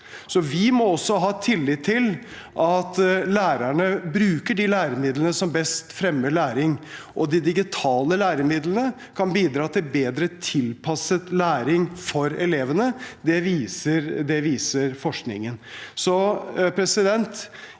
Vi må ha tillit til at lærerne bruker de læremidlene som best fremmer læring, og de digitale læremidlene kan bidra til bedre tilpasset læring for elevene. Det viser forskningen.